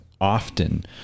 Often